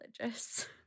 religious